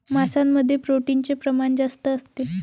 मांसामध्ये प्रोटीनचे प्रमाण जास्त असते